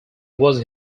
was